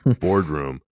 boardroom